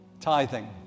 Tithing